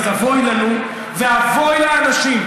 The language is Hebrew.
אז אבוי לנו ואבוי לאנשים,